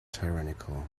tyrannical